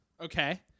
okay